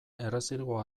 errezilgo